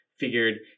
figured